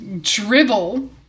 dribble